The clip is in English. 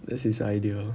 that's his idea